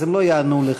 אז הם לא יענו לך,